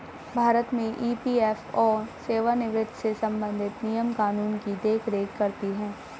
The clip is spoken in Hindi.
भारत में ई.पी.एफ.ओ सेवानिवृत्त से संबंधित नियम कानून की देख रेख करती हैं